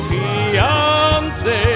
Fiance